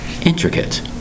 Intricate